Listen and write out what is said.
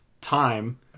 time